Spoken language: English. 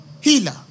healer